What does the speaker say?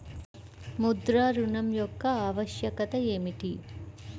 ముద్ర ఋణం యొక్క ఆవశ్యకత ఏమిటీ?